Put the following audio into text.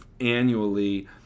annually